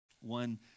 One